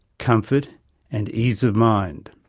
comfort and ease of mind.